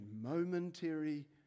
momentary